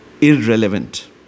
irrelevant